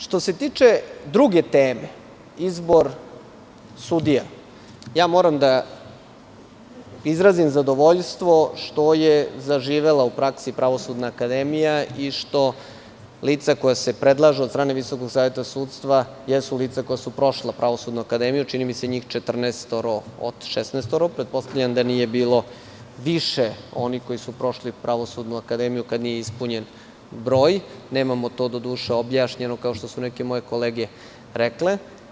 Što se tiče druge teme, izbor sudija, moram da izrazim zadovoljstvo što je zaživela u praksi Pravosudna akademija, i što lica koja se predlažu od strane Visokog saveta sudstva, jesu lica koja su prošla Pravosudnu akademiju, čini mi se njih četrnaest od šesnaest, pretpostavljam da nije bilo više onih koji su prošli Pravosudnu akademiju kada nije ispunjen broj, nemamo to doduše objašnjeno, kao što su neke moje kolege rekle.